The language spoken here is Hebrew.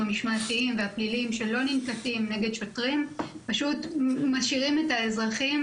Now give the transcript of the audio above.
המשמעתיים והפליליים שלא ננקטים נגד שוטרים פשוט משאירים את האזרחים